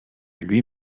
lui